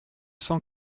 cent